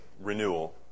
renewal